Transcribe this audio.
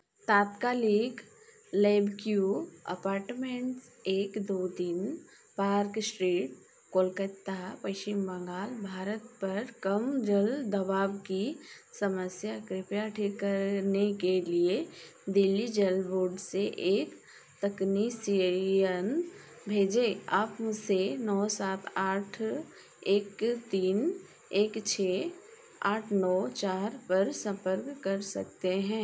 तात्कालिक लेमक्यू अपाटमेंट्स एक दो तीन पार्क इस्ट्रीट कोलकत्ता पश्चिम बंगाल भारत पर कम जल दबाव की समस्या कृपया ठीक कर ने के लिए दिल्ली जल बोर्ड से एक तकनिसेइयन भेजें आप उसे नौ सात आठ एक तीन एक छः आठ नौ चार पर सम्पर्क कर सकते हैं